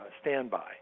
standby